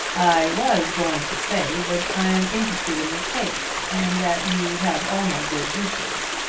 i was going to say that i am interested in the case, and that you have all my good wishes.